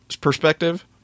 perspective